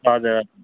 हजुर